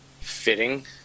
fitting